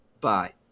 Bye